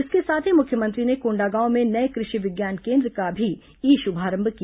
इसके साथ ही मुख्यमंत्री ने कोंडागांव में नये कृषि विज्ञान केन्द्र का भी ई शुभारंभ किया